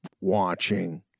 watching